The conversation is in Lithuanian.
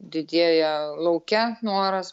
didėja lauke noras